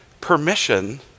permission